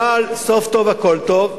אבל סוף טוב הכול טוב,